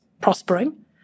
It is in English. prospering